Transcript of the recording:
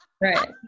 right